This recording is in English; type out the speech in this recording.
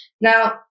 Now